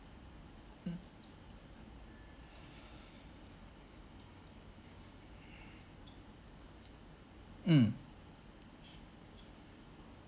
mm mm